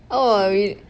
oh reall~